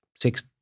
six